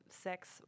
Sex